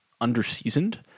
under-seasoned